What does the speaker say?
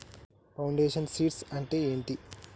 Foundation seeds అంటే ఏంటి?